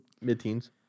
mid-teens